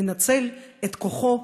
מנצל את כוחו,